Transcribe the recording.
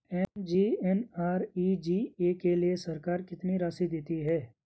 MGNREGA के लिए सरकार कितनी राशि देती है?